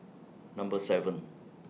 Number seven